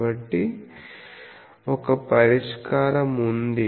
కాబట్టి ఒక పరిష్కారం ఉంది